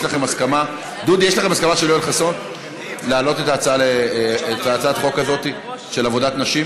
יש לכם הסכמה של יואל חסון להעלות את הצעת החוק של עבודת נשים?